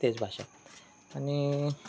तेच भाषा आणि